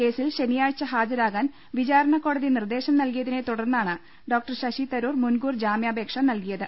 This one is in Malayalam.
കേസിൽ ശനിയാഴ്ച ഹാജരാകാൻ വിചാരണ കോടതി നിർദ്ദേശം നൽകിയതിനെ തുടർന്നാണ് ഡോ ശശിതരൂർ മുൻകൂർ ജാമ്യാപേക്ഷ നല്കിയത്